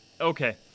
okay